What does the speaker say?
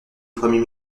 premier